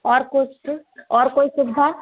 और कुछ और कोई सुविधा